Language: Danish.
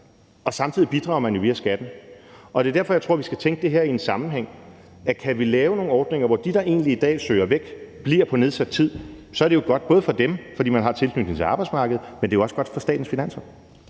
og samtidig bidrager man jo via skatten. Det er derfor, jeg tror, vi skal tænke det her i en sammenhæng, altså at det, hvis vi kan lave nogle ordninger, hvor de, der egentlig i dag søger væk, bliver på nedsat tid, så både er godt for dem, fordi de har en tilknytning til arbejdsmarkedet, men at det også er godt for statens finanser.